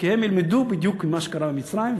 כי הם ילמדו בדיוק ממה שקרה במצרים,